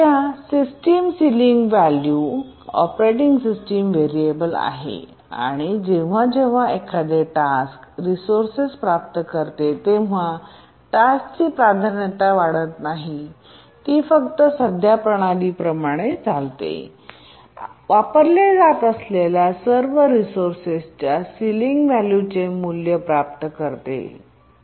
सद्य system ceiling value operating system variable आहे आणि जेव्हा जेव्हा एखादे टास्क रिसोर्सेस प्राप्त करते तेव्हा टास्कची प्राधान्यता वाढत नाही आणि ती फक्त सद्य प्रणालीची मर्यादा आहे जी वापरल्या जात असलेल्या सर्व रिसोर्संच्या सिलिंग व्हॅल्यू चे मूल्य प्राप्त करते